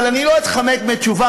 אבל אני לא אתחמק מתשובה,